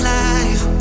life